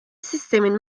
sistemin